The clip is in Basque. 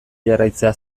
jarraitzea